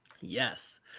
Yes